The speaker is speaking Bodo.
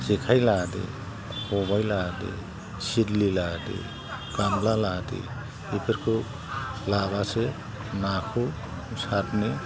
जेखाय लादो खबाय लादो सिलि लादो गामब्ला लादो बेफोरखौ लाबासो नाखौ सारनो